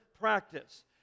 practice